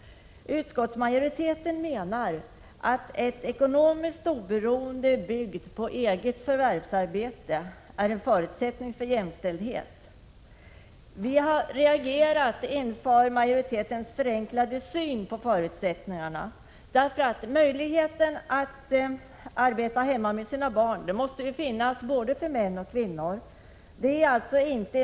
Utskottsmajoriteten menar att ett ekonomiskt oberoende som bygger på eget förvärvsarbete är en förutsättning för jämställdhet. Vi har reagerat på majoritetens förenklade syn på förutsättningarna i detta sammanhang, därför att vi menar att både män och kvinnor måste ha möjlighet att arbeta hemma med sina barn.